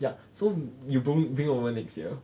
ya so you probably bring over next year